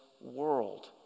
world